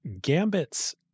Gambit's